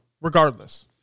Regardless